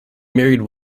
married